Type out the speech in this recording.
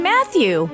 Matthew